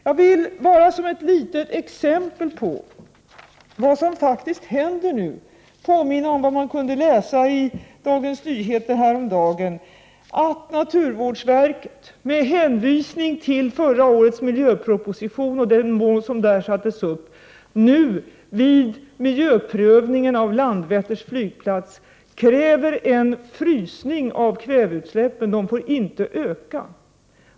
Jag vill bara som ett litet exempel på vad som faktiskt händer nu påminna om vad man kunde läsa i Dagens Nyheter häromdagen, att naturvårdsverket — med hänvisning till förra årets miljöproposition och de mål som där sattes upp — nu vid miljöprövningen av Landvetters flygplats kräver en frysning av kväveutsläppen. De får inte öka.